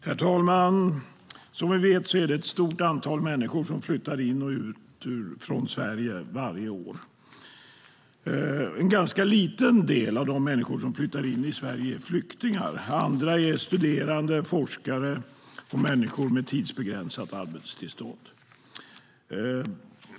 Herr talman! Som vi vet är det ett stort antal människor som flyttar till och från Sverige varje år. En ganska liten andel av de människor som flyttar in i Sverige är flyktingar. Andra är studerande, forskare och människor med tidsbegränsat arbetstillstånd.